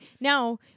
Now